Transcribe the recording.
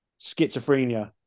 schizophrenia